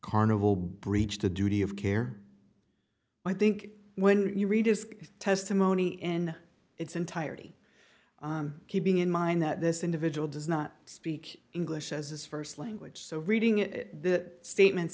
carnival breached a duty of care i think when you read his testimony in its entirety keeping in mind that this individual does not speak english as his st language so reading it the statements